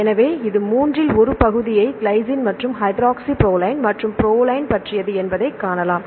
எனவே இது மூன்றில் ஒரு பகுதியை கிளைசின் மற்றும் ஹைட்ராக்ஸிபிரோலைன் மற்றும் புரோலைன் பற்றியது என்பதைக் காணலாம்